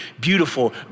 beautiful